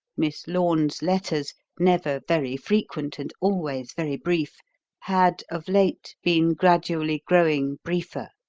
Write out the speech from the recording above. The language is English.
miss lorne's letters never very frequent, and always very brief had, of late been gradually growing briefer